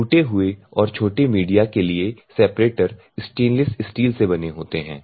टूटे हुए और छोटे मीडिया के लिए सेपरेटर स्टेनलेस स्टील से बने होते हैं